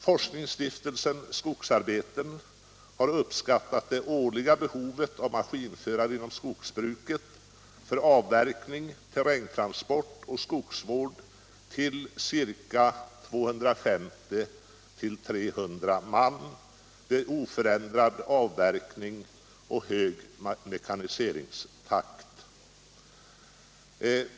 Forskningsstiftelsen Skogsarbeten har uppskattat det årliga behovet av maskinförare inom skogsbruket för avverkning, terrängtransport och skogsvård till 250-300 man vid oförändrad avverkning och hög mekaniseringstakt.